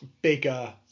bigger